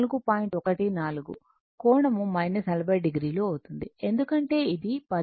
14 కోణం 40 o అవుతుంది ఎందుకంటే ఇది 10 j10